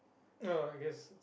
uh I guess